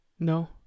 No